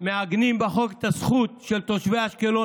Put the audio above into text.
מעגנים בחוק את הזכות של תושבי אשקלון